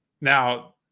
Now